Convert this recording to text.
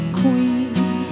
queen